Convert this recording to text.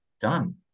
done